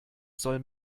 soll